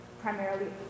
primarily